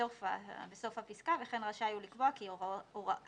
בסוף הפסקה: "וכן רשאי הוא לקבוע כי הוראות